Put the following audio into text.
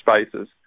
spaces